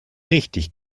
richtig